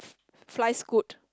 fly Scoot